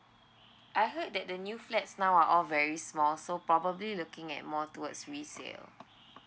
I heard that the new flats now are all very small so probably looking at more towards resale